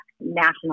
national